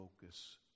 focus